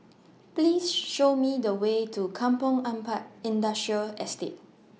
Please Show Me The Way to Kampong Ampat Industrial Estate